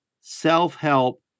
self-help